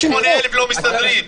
158,000 לא מסתדרים.